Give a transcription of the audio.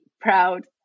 proud